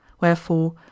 Wherefore